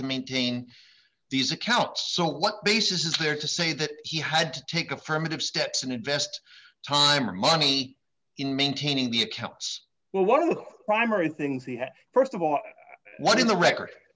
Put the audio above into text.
to maintain these accounts so what basis is there to say that he had to take affirmative steps and invest time or money in maintaining the accounts well one of the primary things he had st of all what in the record